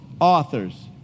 authors